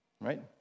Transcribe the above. Right